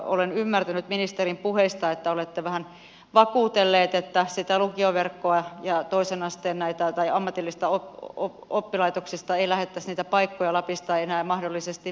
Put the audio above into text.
olen ymmärtänyt ministerin puheesta että olette vähän vakuutellut että sitä lukioverkkoa ja niitä paikkoja toisen asteen tai ammatillisista oppilaitoksista ei lähdettäisi lapista enää mahdollisesti viemään